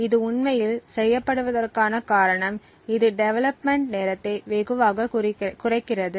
இது உண்மையில் செய்யப்படுவதற்கான காரணம் இது டெவெலப்மென்ட் நேரத்தை வெகுவாகக் குறைக்கிறது